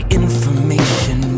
information